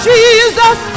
Jesus